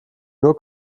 nur